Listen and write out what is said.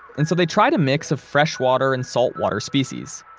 and so they tried a mix of fresh water and salt water species.